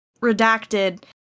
redacted